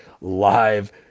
live